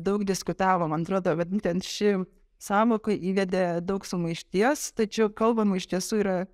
daug diskutavom man atrodo vat būtent ši sąvoka įvedė daug sumaišties tačiau kalbama iš tiesų yra